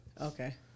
Okay